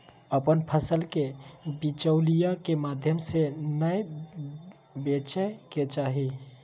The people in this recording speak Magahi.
अपन फसल के बिचौलिया के माध्यम से नै बेचय के चाही